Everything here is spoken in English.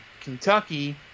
Kentucky